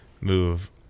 move